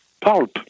pulp